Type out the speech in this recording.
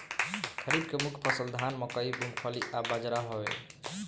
खरीफ के मुख्य फसल धान मकई मूंगफली आ बजरा हवे